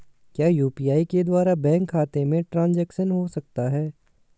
क्या यू.पी.आई के द्वारा बैंक खाते में ट्रैन्ज़ैक्शन हो सकता है?